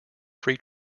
free